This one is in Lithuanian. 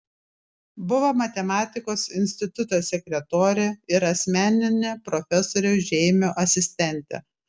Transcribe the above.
buvo matematikos instituto sekretorė ir asmeninė profesoriaus žeimio asistentė